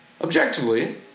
Objectively